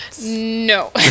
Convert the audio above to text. no